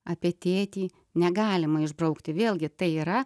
apie tėtį negalima išbraukti vėlgi tai yra